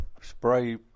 spray